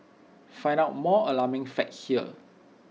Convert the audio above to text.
find out more alarming facts here